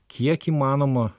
kiek įmanoma